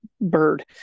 bird